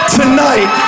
tonight